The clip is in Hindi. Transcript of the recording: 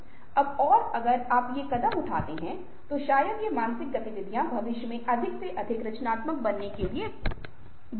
अब और अगर आप ये कदम उठाते हैं तो शायद ये मानसिक गतिविधियां भविष्य में अधिक से अधिक रचनात्मक बनने के लिए बदते कदम हैं